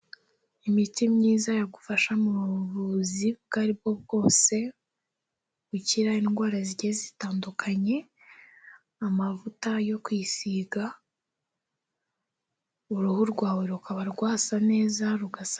Imiti myiza yagufasha muvuzi ubwo ari bwo bwose, gukira indwara zigiye zitandukanye, amavuta yo kwisiga, uruhu rwawe rukaba rwasa neza rugasa.